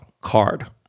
card